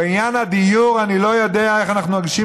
בעניין הדיור אני לא יודע איך אנחנו ניגשים